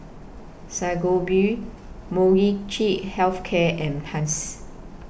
Sangobion Molnylcke Health Care and Pansy